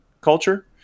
culture